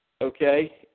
okay